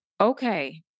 okay